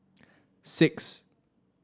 six